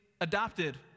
adopted